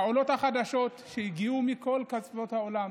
העולות החדשות, שהגיעו מכל קצוות העולם